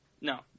No